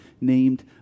named